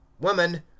Woman